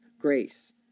grace